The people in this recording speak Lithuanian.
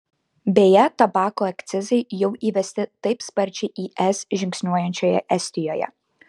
beje tabako akcizai jau įvesti taip sparčiai į es žingsniuojančioje estijoje